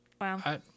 wow